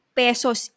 pesos